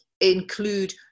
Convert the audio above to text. include